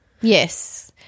Yes